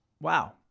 wow